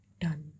done